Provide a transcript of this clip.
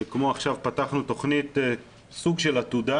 כמו עכשיו פתחנו תוכנית סוג של עתודה,